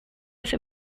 ese